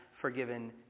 forgiven